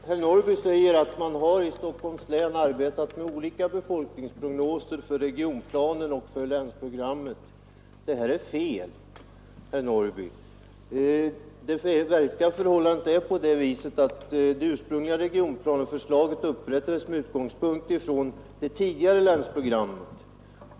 Herr talman! Herr Norrby säger att man i Stockholms län har arbetat med olika befolkningsprognoser för regionplanen och för länsprogrammet. Det är fel, herr Norrby. Det verkliga förhållandet är att det ursprungliga regionplaneförslaget upprättades med utgångspunkt i det tidigare länsprogrammet.